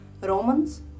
Romans